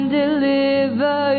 deliver